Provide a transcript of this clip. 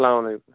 سَلام علیکُم